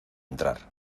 entrar